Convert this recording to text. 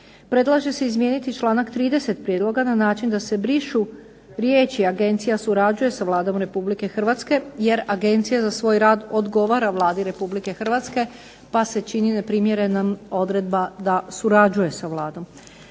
Predlaže se izmijeniti članak 30. prijedloga na način da se brišu riječi: "Agencija surađuje sa Vladom Republike Hrvatske" jer Agencija za svoj rad odgovara Vladi Republike Hrvatske, pa se čini neprimjerenim odredba da surađuje sa Vladom.